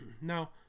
Now